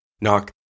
knock